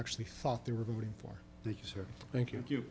actually thought they were voting for the he said thank you